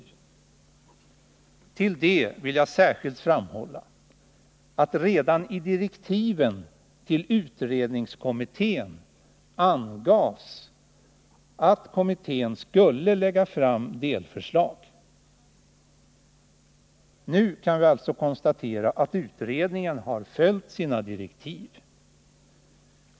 Med anledning av det vill jag särskilt framhålla att redan i direktiven till utredningskommittén angavs att kommittén skulle lägga fram delförslag. Nu kan vi alltså konstatera att utredningen har följt sina direktiv.